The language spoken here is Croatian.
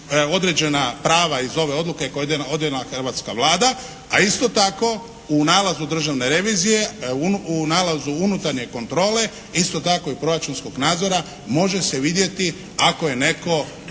određena prava iz ove odluke koju je donijela hrvatska Vlada a isto tako u nalazu državne revizije, u nalazu unutarnje kontrole, isto tako i proračunskog nadzora može se vidjeti ako je netko